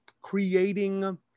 creating